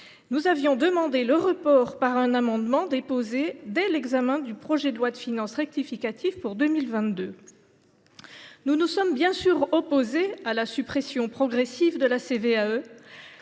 Nous avions demandé le report de cette décision par un amendement déposé dès l’examen du projet de loi de finances rectificative pour 2022. Nous nous sommes bien sûr opposés à la suppression progressive de la